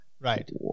Right